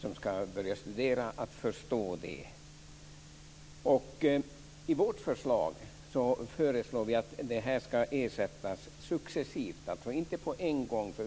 som ska börja studera att förstå systemet. Vi föreslår att det ska ersättas successivt. Det ska inte ske på en gång.